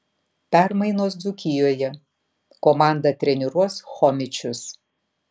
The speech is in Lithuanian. permainos dzūkijoje komandą treniruos chomičius